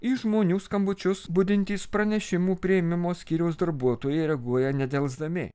į žmonių skambučius budintys pranešimų priėmimo skyriaus darbuotojai reaguoja nedelsdami